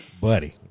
buddy